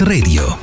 Radio